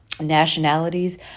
nationalities